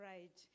Right